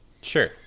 Sure